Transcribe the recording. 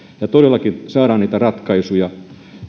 ja todellakin saadaan niitä ratkaisuja